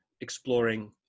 exploring